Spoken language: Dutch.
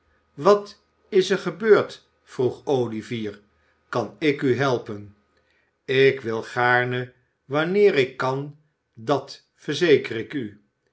wat is er gebeurd vroeg olivier kan ik u helpen ik wil gaarne wanneer ik kan dat verzeker ik u